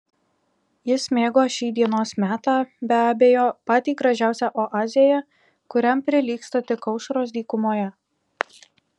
jis mėgo šį dienos metą be abejo patį gražiausią oazėje kuriam prilygsta tik aušros dykumoje